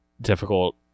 difficult